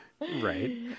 Right